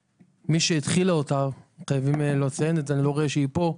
שמי שהתחילה אותם וחייבים לציין את זה על אף שהיא לא פה,